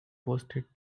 posted